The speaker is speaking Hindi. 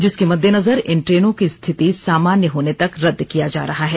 जिसके मददेनजर इन ट्रेनों को स्थिति सामान्य होने तक रदद किया जा रहा है